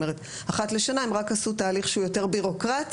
אחת לשנה הם רק עשו תהליך שהוא יותר ביורוקרטי.